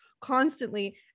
constantly